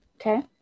Okay